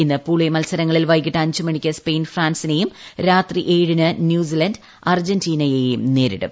ഇന്ന് pool A മത്സരങ്ങളിൽ വൈകിട്ട് അഞ്ചു മണിയ്ക്ക് സ്പെയിൻ ഫ്രാൻസിനെയും രാത്രി ഏഴിന് ന്യൂഡിലാൻഡ് അർജന്റീനയെയും നേരിടും